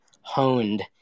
honed